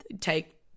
take